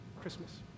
Christmas